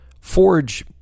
Forge